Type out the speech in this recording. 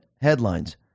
headlines